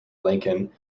lincoln